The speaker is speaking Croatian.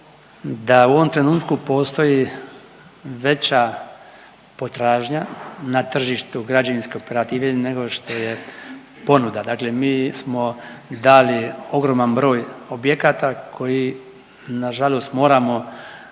da u ovom trenutku postoji veća potražnja na tržištu građevinske operative nego što je ponuda, dakle mi smo dali ogroman broj objekata koji nažalost moramo